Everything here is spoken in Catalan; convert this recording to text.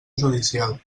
judicial